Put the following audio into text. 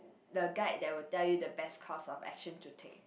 the guide that will tell you the best course of action to take